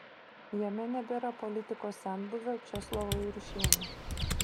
jame nebėra politikos senbuvio česlovo juršėno